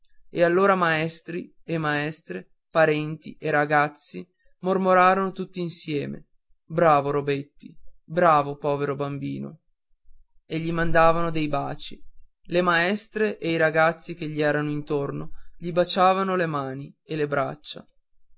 e allora maestri maestre parenti ragazzi mormorarono tutti insieme bravo robetti bravo povero bambino e gli mandavano dei baci le maestre e i ragazzi che gli erano intorno gli baciaron le mani e le braccia